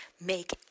make